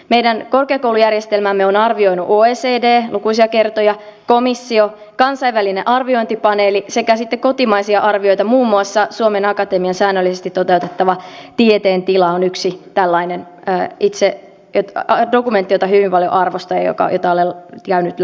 meidän korkeakoulujärjestelmäämme on arvioinut oecd lukuisia kertoja komissio kansainvälinen arviointipaneeli sekä sitten on kotimaisia arvioita muun muassa suomen akatemian säännöllisesti toteuttama tieteen tila on yksi tällainen dokumentti jota hyvin paljon arvostan ja jota olen käynyt läpi